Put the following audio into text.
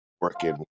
working